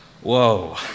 Whoa